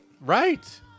right